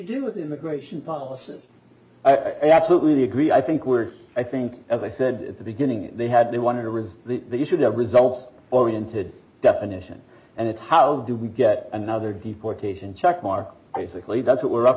do with immigration policy absolutely agree i think we're i think as i said at the beginning they had they wanted to reduce the you should have results oriented definition and it's how do we get another deportation checkmark basically that's what we're up